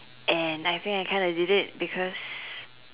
and I think I kinda did it because